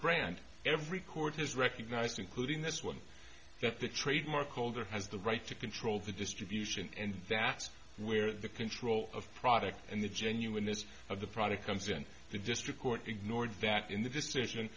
brand every court has recognized including this one that the trademark holder has the right to control the distribution and vast where the control of product and the genuineness of the product comes in the district court ignored that in